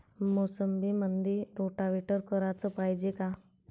मोसंबीमंदी रोटावेटर कराच पायजे का?